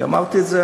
אני אמרתי את זה,